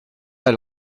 elle